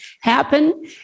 happen